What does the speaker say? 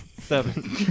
Seven